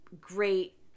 great